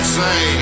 say